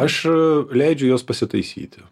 aš leidžiu juos pasitaisyti